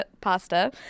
pasta